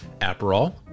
Aperol